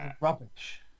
Rubbish